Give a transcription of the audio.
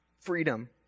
freedom